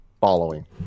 Following